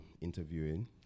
interviewing